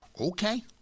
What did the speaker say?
Okay